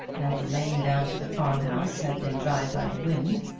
and the lane down to the farmhouse had been dried by the wind,